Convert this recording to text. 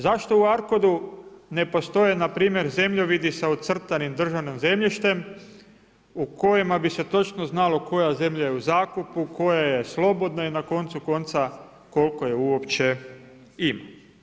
Zašto u ARKOD-u ne postoji npr. zemljovidi sa ucrtanim državnim zemljištem u kojem bi se točno znalo koje je zemlja u zakupu, koja je slobodna i na koncu konca koliko je uopće ima.